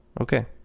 Okay